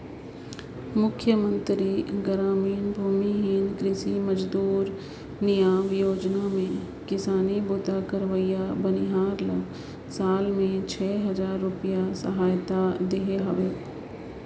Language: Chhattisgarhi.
मुख्यमंतरी गरामीन भूमिहीन कृषि मजदूर नियाव योजना में किसानी बूता करइया बनिहार ल साल में छै हजार रूपिया सहायता देहे हवे